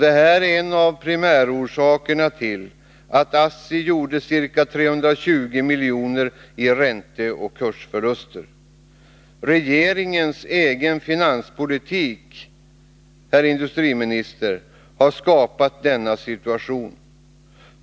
Detta är primärorsaken till att ASSI gjort ca 320 miljoner i ränteoch kursförluster! Regeringens egen finanspolitik, herr industriminister, har skapat denna situation.